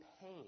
pain